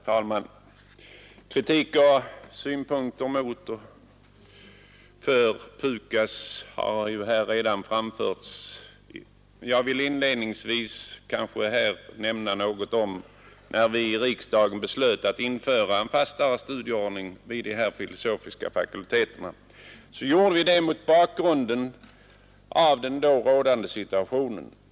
Herr talman! Kritik och synpunkter mot och för PUKAS har här redan framförts. Jag vill inledningsvis nämna något om att när vi i riksdagen beslöt att införa en fastare studieordning vid de filosofiska fakulteterna, gjorde vi det mot bakgrunden av den då rådande situationen.